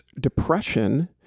depression